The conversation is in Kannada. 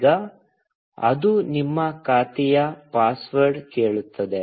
ಈಗ ಅದು ನಿಮ್ಮ ಖಾತೆಯ ಪಾಸ್ವರ್ಡ್ ಕೇಳುತ್ತದೆ